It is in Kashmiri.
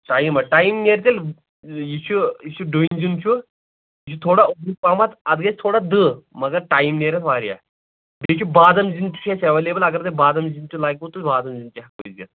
ٹایِم ہا ٹایِم نیرِ تۄہہِ یہِ چھُ یہِ چھُ ڈوٗنۍ زِیُن چھُ یہِ چھُ تھوڑا اوٚدرُے پہم اتھ گژھِ تھوڑا دٔہ مگر ٹایِم نیریس واریاہ بیٚیہِ چھِ بادام زِیُن تہِ چھُ اسہِ ایویلیبٕل اگر تۄہہِ بادام زیُن تہِ لگہِ وٕ تہٕ بادام زِیُن تہِ ہیٚکو أسۍ دِتھ